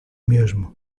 mesmo